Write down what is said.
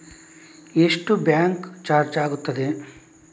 ಎಷ್ಟು bank charge ಆಗುತ್ತದೆ?